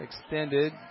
Extended